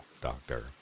doctor